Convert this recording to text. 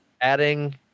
adding